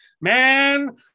Man